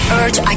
urge